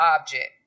object